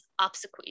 obsequies